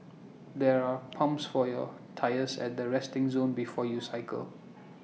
there are pumps for your tyres at the resting zone before you cycle